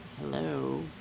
Hello